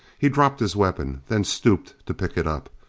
he dropped his weapon then stooped to pick it up.